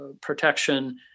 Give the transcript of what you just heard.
protection